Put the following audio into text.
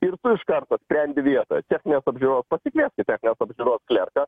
ir tu iš karto sprendi vietoj techninės apžiūros pasikvieskit techninės apžiūros klerką